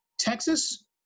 Texas